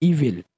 Evil